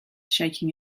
shaking